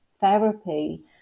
therapy